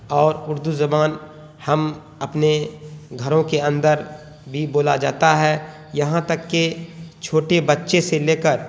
اور اردو زبان ہم اپنے گھروں کے اندر بھی بولا جاتا ہے یہاں تک کہ چھوٹے بچے سے لے کر